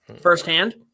Firsthand